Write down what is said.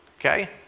Okay